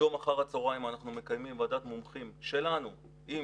היום אחר הצהריים אנחנו מקיימים ועדת מומחים שלנו עם